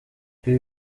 ibi